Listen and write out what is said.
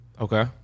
Okay